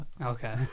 Okay